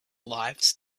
lives